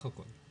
סך הכול.